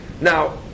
Now